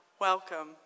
welcome